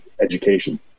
education